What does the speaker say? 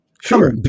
Sure